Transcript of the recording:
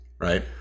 right